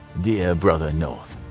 dear brother north,